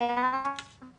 להתקלח צריך להיכנס